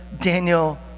Daniel